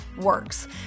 works